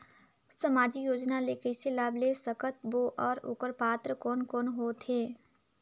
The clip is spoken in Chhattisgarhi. समाजिक योजना ले कइसे लाभ ले सकत बो और ओकर पात्र कोन कोन हो थे?